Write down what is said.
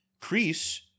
Crease